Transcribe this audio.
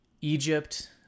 Egypt